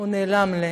הוא נעלם לי.